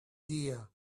deer